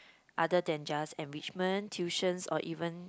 other than just enrichment tuitions or even